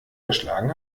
erschlagen